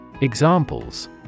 Examples